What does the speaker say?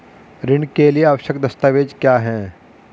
ऋण के लिए आवश्यक दस्तावेज क्या हैं?